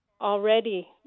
already